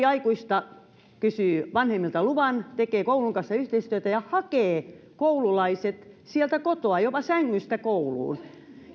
aikuista kysyy vanhemmilta luvan tekee koulun kanssa yhteistyötä ja hakee koululaiset sieltä kotoa jopa sängystä kouluun